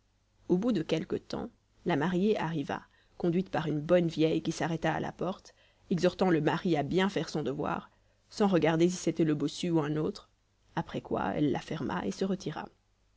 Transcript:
au bout de quelque temps la mariée arriva conduite par une bonne vieille qui s'arrêta à la porte exhortant le mari à bien faire son devoir sans regarder si c'était le bossu ou un autre après quoi elle la ferma et se retira